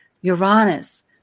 uranus